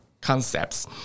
concepts